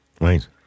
right